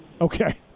Okay